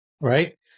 Right